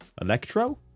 Electro